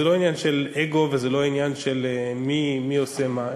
זה לא עניין של אגו וזה לא עניין מי עושה מה,